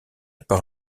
par